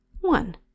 one